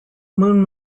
moon